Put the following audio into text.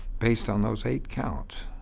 based on those eight counts.